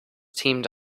teamed